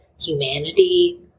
humanity